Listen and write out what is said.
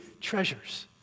treasures